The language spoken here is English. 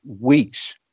weeks